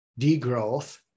degrowth